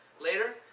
later